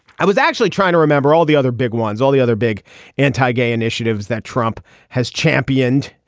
i was actually trying to remember all the other big ones all the other big anti-gay initiatives that trump has championed.